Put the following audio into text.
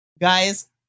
guys